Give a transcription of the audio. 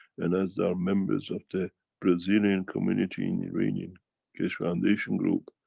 and as there are members of the brazilian community in iranian keshe foundation group,